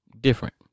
different